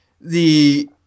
the-